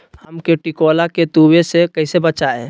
आम के टिकोला के तुवे से कैसे बचाई?